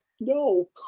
No